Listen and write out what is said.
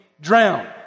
drown